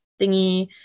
thingy